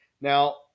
now